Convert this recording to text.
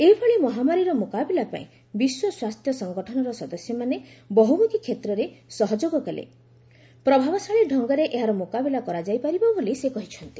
ଏହିଭଳି ମହାମାରୀର ମୁକାବିଲା ପାଇଁ ବିଶ୍ୱ ସ୍ୱାସ୍ଥ୍ୟ ସଙ୍ଗଠନର ସଦସ୍ୟମାନେ ବହୁମୁଖୀ କ୍ଷେତ୍ରରେ ସହଯୋଗ କଲେ ପ୍ରଭାବଶାଳୀ ଡଙ୍ଗରେ ଏହାର ମୁକାବିଲା କରାଯାଇପାରିବ ବୋଲି ସେ କହିଛନ୍ତି